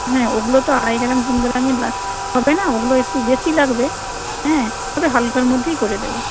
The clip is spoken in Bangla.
হ্যাঁ ওগুলো তো আড়াই গ্রাম তিন গ্রামে হবে না ওগুলো একটু বেশি লাগবে হ্যাঁ তবে হালকার মধ্যেই করে দেবো